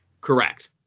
Correct